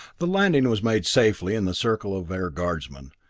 the landing was made safely in the circle of air guardsmen.